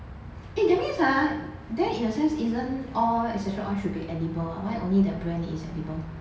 eh that means ha then in a sense isn't all essential oil should be edible [what] why only that brand is edible